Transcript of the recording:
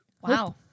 Wow